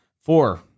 four